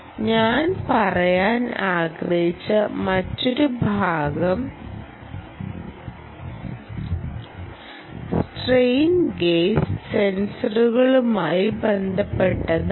ഞാൻ പറയാൻ ആഗ്രഹിച്ച മറ്റൊരു ഭാഗം സ്ട്രെയിൻ ഗേജ് സെൻസറുകളുമായി ബന്ധപ്പെട്ടതാണ്